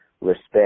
respect